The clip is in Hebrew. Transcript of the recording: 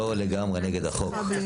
לשמור על הציבור ולא לפגוע בציבור,